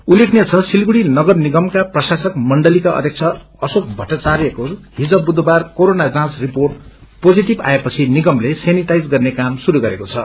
उल्लेखनीय छ सिलीगुड़ी नगरनिगममा प्रशासक मण्डलीका अध्यक्ष अशोक भट्टाचराप्रको हिज बुधबार कारोना जाँच रिपोट पोजिटिभ आएपछि निगमले सेनिटाईज गर्ने काम शुरू गरेको छ